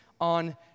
on